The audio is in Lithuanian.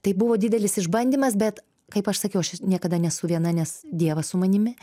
tai buvo didelis išbandymas bet kaip aš sakiau aš niekada nesu viena nes dievas su manimi